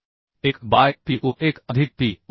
1 by pu1 अधिकpu